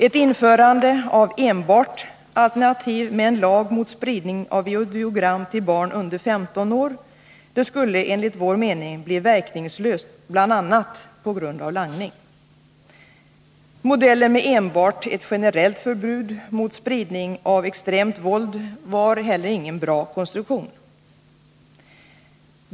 Ett införande av enbart alternativet med en lag mot spridning av videogram till barn under 15 år skulle enligt vår mening bli verkningslöst bl.a. på grund av langning. Modellen med enbart ett generellt förbud mot spridning av extremt våld var heller ingen bra konstruktion.